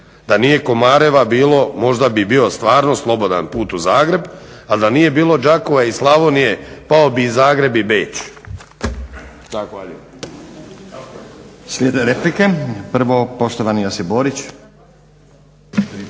da nije Komareva bilo možda bi bio stvarno slobodan put u Zagreb, ali da nije bilo Đakova i Slavonije pao bi i Zagreb i Beč. Zahvaljujem. **Stazić,